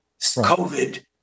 COVID